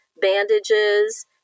bandages